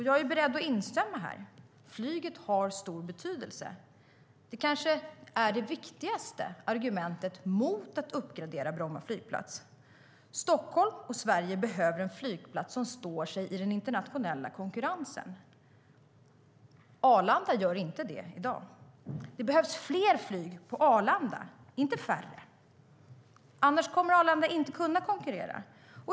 Jag är beredd att instämma. Flyget har stor betydelse. Det är kanske det viktigaste argumentet mot att uppgradera Bromma flygplats. Stockholm och Sverige behöver en flygplats som står sig i den internationella konkurrensen. Arlanda gör inte det i dag. Det behövs fler flyg på Arlanda, inte färre, annars kommer Arlanda inte att kunna konkurrera.